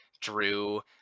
drew